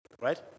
Right